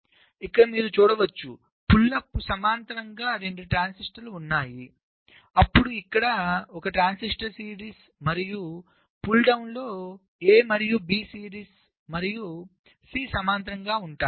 మీరు ఇక్కడ చూడవచ్చు పుల్ అప్లో సమాంతరంగా 2 ట్రాన్సిస్టర్లు ఉన్నాయి అప్పుడు ఇక్కడ ఒక ట్రాన్సిస్టర్ సిరీస్మరియు పుల్ డౌన్ లో a మరియు b సిరీస్ మరియు సి సమాంతరంగా ఉంటాయి